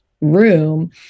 room